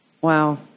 Wow